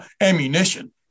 ammunition